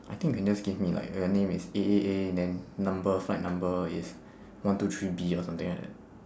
I think you can just give me like uh name is A A A then number flight number is one two three B or something like that